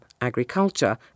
agriculture